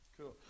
Cool